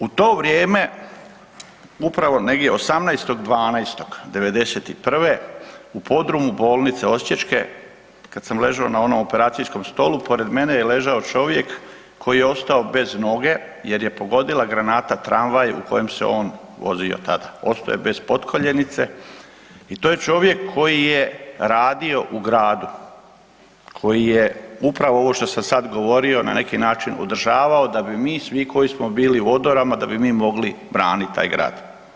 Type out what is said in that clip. U to vrijeme upravo negdje 18.12.'91.u podrumu Bolnice osječke kad sam ležao na onom operacijskom stolu pored mene je ležao čovjek koji je ostao bez noge jer je pogodila granata tramvaj u kojem se on vozio tad, ostao je bez potkoljenice, i to je čovjek koji je radio u gradu, koji je upravo ovo što sam sad govorio na neki način održavao, da bi mi svi koji smo bili u odorama, da bi mi mogli branit taj grad.